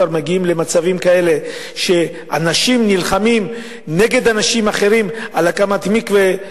כבר מגיעים למצבים כאלה שאנשים נלחמים נגד אנשים אחרים על הקמת מקווה,